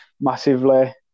massively